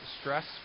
stress